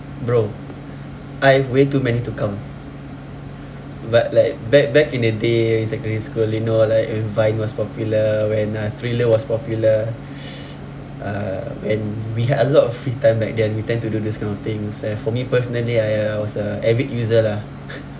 bro I have way too many to count but like back back in the day in secondary school you know like when vine was popular when uh thriller was popular uh and we had a lot of free time back then we tend to do this kind of things and for me personally I uh I was a avid user lah